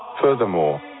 Furthermore